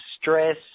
stress